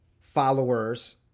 followers